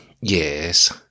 Yes